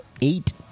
eight